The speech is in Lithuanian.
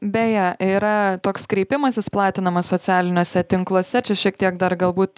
beje yra toks kreipimasis platinamas socialiniuose tinkluose čia šiek tiek dar galbūt